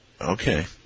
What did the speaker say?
Okay